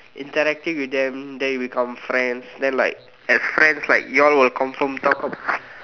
interacting with them then you become friends then like as friends like you all will confirm talk about